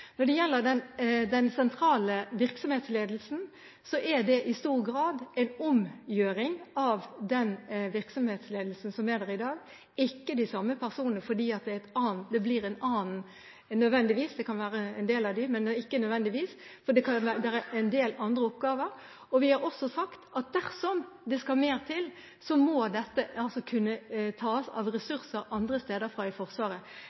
Når det gjelder den sentrale virksomhetsledelsen, er det i stor grad en omgjøring av den virksomhetsledelsen som er der i dag. Det blir ikke de samme personene nødvendigvis – det kan bli en del av dem, men ikke nødvendigvis, for det kan bli en del andre oppgaver. Vi har også sagt at dersom det skal mer til, må det kunne tas av ressurser andre steder i Forsvaret.